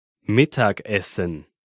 Mittagessen